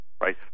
right